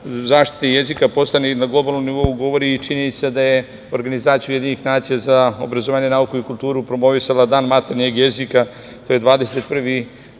zaštite jezika postoji i na globalnom nivou govori činjenica da je Organizacija UN za obrazovanje, nauku i kulturu promovisala dan maternjeg jezika, to je 21.